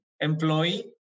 employee